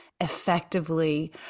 effectively